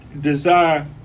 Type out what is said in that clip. desire